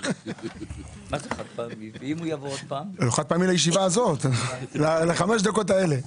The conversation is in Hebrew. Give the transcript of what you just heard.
חד פעמי לישיבה הזאת, לחמש דקות האלה.